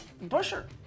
Busher